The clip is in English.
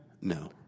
No